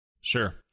Sure